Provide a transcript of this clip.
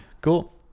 Cool